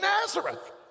Nazareth